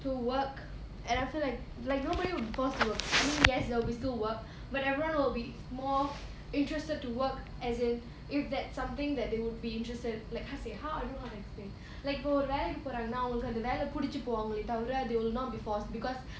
to work and I feel like like nobody will be forced to work I mean yes there will be still work but everyone will be more interested to work as in if that's something that they would be interested like how to say how I don't how to explain like இப்போ ஒரு வேலைக்கு போராங்கேனா அவுங்களுக்கு அந்த வேல புடிச்சு போவாங்களே தவிர:ippo oru velaikku poraangena avungalukku andha vela pudichupovaangale thavira they will not be forced because